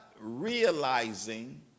realizing